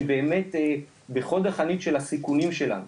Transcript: הם באמת בחוד החנית של הסיכונים שלה,